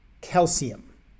calcium